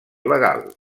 legal